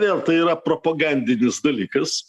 vėl tai yra propagandinis dalykas